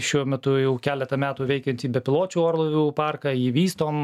šiuo metu jau keletą metų veikiantį bepiločių orlaivių parką jį vystom